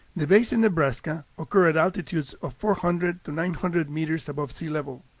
the bays in nebraska occur at altitudes of four hundred to nine hundred meters above sea level,